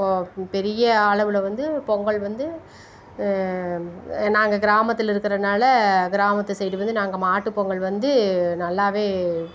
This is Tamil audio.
இப்போது பெரிய அளவில் வந்து பொங்கல் வந்து நாங்கள் கிராமத்தில் இருக்கிறனால கிராமத்து சைடு வந்து நாங்கள் மாட்டு பொங்கல் வந்து நல்லாவே